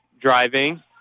driving